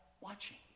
watching